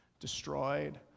destroyed